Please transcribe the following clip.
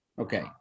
okay